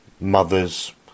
mothers